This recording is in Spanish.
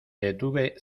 detuve